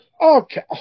okay